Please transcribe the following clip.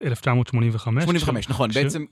1985, נכון, בעצם...